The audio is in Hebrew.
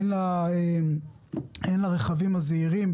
הן לרכבים הזעירים,